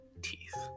teeth